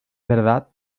verdad